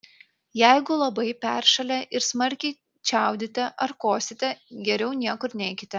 jeigu labai peršalę ir smarkiai čiaudite ar kosite geriau niekur neikite